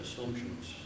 assumptions